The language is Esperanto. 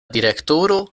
direktoro